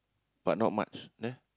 but not much there